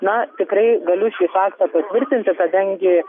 na tikrai galiu šį faktą patvirtinti kadangi